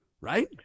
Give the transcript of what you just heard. right